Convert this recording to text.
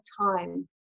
time